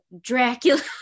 dracula